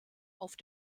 auf